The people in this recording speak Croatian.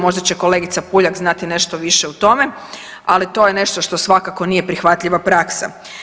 Možda će kolegica Puljak znati nešto više o tome, ali to je nešto što svakako nije prihvatljiva praksa.